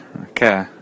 Okay